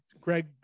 Greg